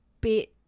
bit